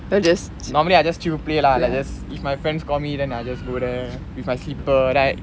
normally I just chill play lah like just if my friends call me then I just go there with my slipper then I